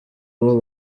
uwo